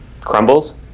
crumbles